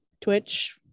twitch